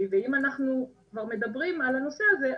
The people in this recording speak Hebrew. ואם אנחנו כבר מדברים על הנושא הזה,